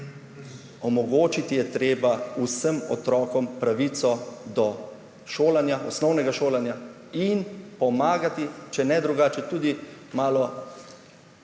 omogočiti je treba vsem otrokom pravico do šolanja, osnovnega šolanja in pomagati, če ne drugače, tudi malo